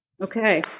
Okay